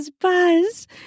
buzz